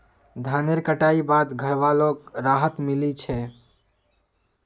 धानेर कटाई बाद घरवालोक राहत मिली छे